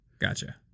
Gotcha